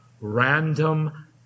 random